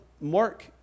Mark